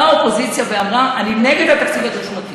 באה האופוזיציה ואמרה: אני נגד התקציב הדו-שנתי,